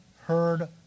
heard